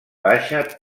baixa